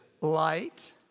light